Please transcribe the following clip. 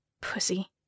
Pussy